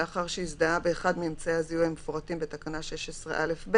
לאחר שהזדהה באחד מאמצעי הזיהוי המפורטים בתקנה 16א(ב),